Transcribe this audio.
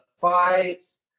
fights